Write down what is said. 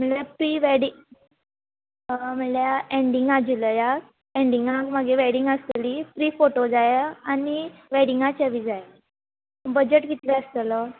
म्हळ्या pre wedding म्हळ्या एन्डिंगा जूलया एन्डिंगाक मागीर वॅडींग आसतली प्री फोटो जाया आनी वॅडींगाचे बी जाय बजट कितले आसतलो